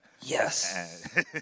Yes